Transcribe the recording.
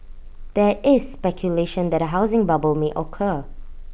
there is speculation that A housing bubble may occur